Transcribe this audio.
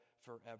forever